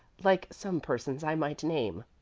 like some persons i might name.